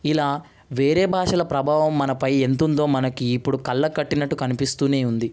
ఇలా వేరే భాషల ప్రభావం మనపై ఎంతుందో మనకి ఇప్పుడు కళ్ళకి కట్టినట్టు కనిపిస్తూనే ఉంది